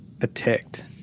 attacked